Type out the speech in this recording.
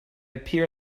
appear